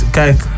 kijk